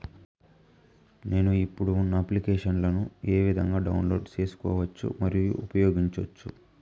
నేను, ఇప్పుడు ఉన్న అప్లికేషన్లు ఏ విధంగా డౌన్లోడ్ సేసుకోవచ్చు మరియు ఉపయోగించొచ్చు?